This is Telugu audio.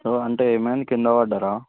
అంటే ఏమైంది కింద పడ్డారా